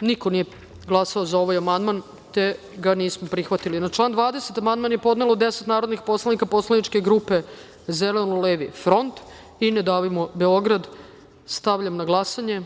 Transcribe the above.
niko nije glasao za ovaj amandman, te ga nismo prihvatili. Na član 20. amandman je podnelo deset narodnih poslanika poslaničke grupe Zeleno-levi front – Ne davimo Beograd. Stavljam na glasanje